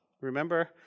remember